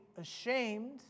ashamed